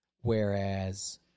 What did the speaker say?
whereas